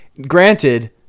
Granted